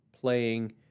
playing